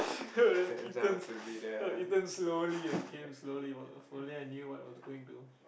eaten eaten slowly and came slowly if if only I knew what I was going to